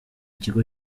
kigo